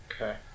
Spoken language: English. Okay